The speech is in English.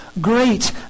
great